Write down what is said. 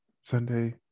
Sunday